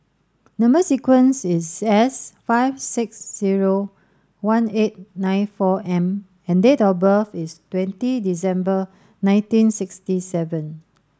number sequence is S five six zero one eight nine four M and date of birth is twenty December nineteen sixty seven